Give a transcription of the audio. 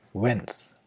whence.